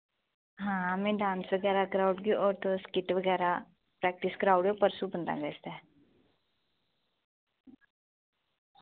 हां मैं डांस बगैरा कराउड़गी और तुस स्किट बगैरा प्रैक्टिस कराउड़यो परसु पन्द्रां अगस्त ऐ